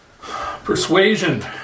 Persuasion